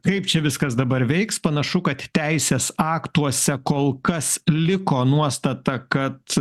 kaip čia viskas dabar veiks panašu kad teisės aktuose kol kas liko nuostata kad